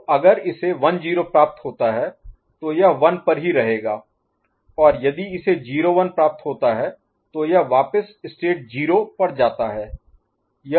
तो अगर इसे 1 0 प्राप्त होता है तो यह 1 पर ही रहेगा और यदि इसे 0 1 प्राप्त होता है तो यह वापस स्टेट 0 पर जाता है यह स्टेट 0 में जाता है